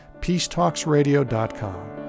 peacetalksradio.com